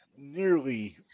Nearly